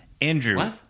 Andrew